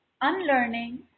unlearning